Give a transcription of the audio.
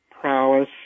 prowess